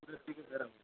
দুপুরের দিকে বেরুবো